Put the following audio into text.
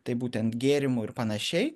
tai būtent gėrimų ir panašiai